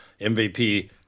MVP